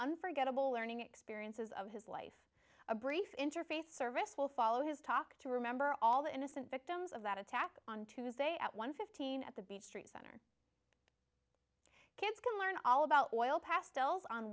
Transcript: unforgettable learning experiences of his life a brief interfaith service will follow his talk to remember all the innocent victims of that attack on tuesday at one fifteen at the beach kids can learn all about oil pastels on